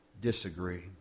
disagree